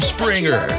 Springer